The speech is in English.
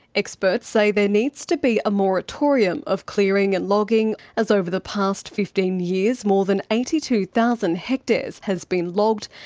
experts say there needs to be a moratorium of clearing and logging, as over the past fifteen years more than eighty two thousand hectares has been logged,